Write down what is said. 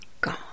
gone